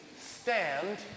stand